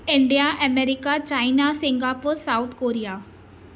India America China Singapore South Korea